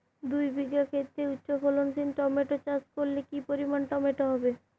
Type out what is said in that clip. দুই বিঘা খেতে উচ্চফলনশীল টমেটো চাষ করলে কি পরিমাণ টমেটো হবে?